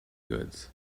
goods